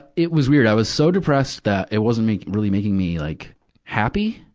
it was weird. i was so depressed, that it wasn't make, really making me like happy.